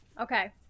Okay